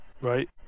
Right